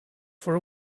for